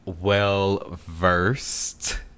well-versed